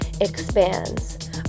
expands